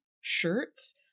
shirts